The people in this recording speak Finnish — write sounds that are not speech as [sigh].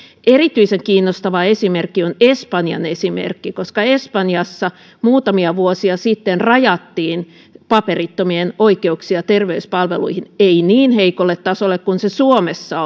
erityisen kiinnostava esimerkki on espanjan esimerkki koska espanjassa muutamia vuosia sitten rajattiin paperitttomien oikeuksia terveyspalveluihin ei niin heikolle tasolle kuin ne suomessa [unintelligible]